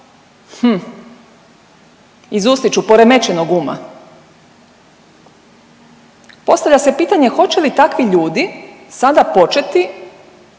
hm izustit ću poremećenog uma. Postavlja se pitanje hoće li takvi ljudi sada početi